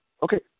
Okay